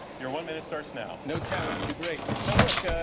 your one minute starts now. no challenge too great. no, look,